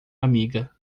amiga